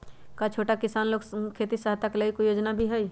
का छोटा किसान लोग के खेती सहायता के लगी कोई योजना भी हई?